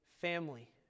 family